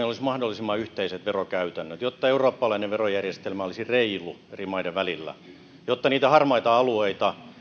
olisi mahdollisimman yhteiset verokäytännöt jotta eurooppalainen verojärjestelmä olisi reilu eri maiden välillä jotta niitä harmaita alueita